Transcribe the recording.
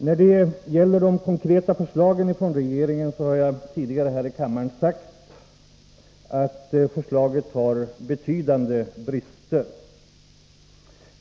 När det gäller det konkreta förslaget från regeringen har jag tidigare här i kammaren sagt att förslaget har betydande brister.